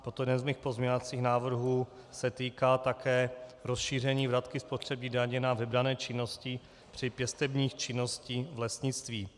Proto jeden z mých pozměňovacích návrhů se týká také rozšíření vratky spotřební daně na vybrané činnosti při pěstební činnosti v lesnictví.